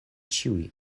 ĉiuj